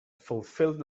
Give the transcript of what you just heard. fulfilled